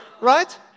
right